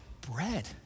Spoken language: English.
bread